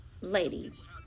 ladies